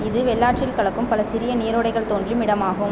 இது வெள்ளாற்றில் கலக்கும் பல சிறிய நீரோடைகள் தோன்றும் இடமாகும்